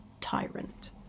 tyrant